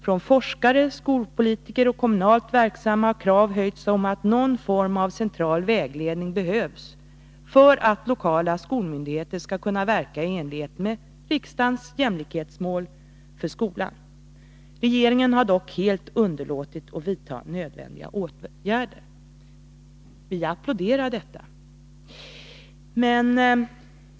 Från forskare, skolpolitiker och kommunalt verksamma har krav höjts om att någon form av central vägledning behövs för att lokala skolmyndigheter skall kunna verka i enlighet med riksdagens jämlikhetsmål för skolan. Regeringen har dock helt underlåtit att vidta nödvändiga åtgärder.” Vi applåderade detta.